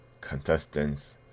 contestants